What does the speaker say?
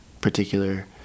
particular